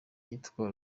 yitwa